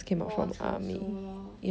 more 成熟 lor